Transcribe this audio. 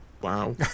Wow